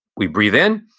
we breathe in,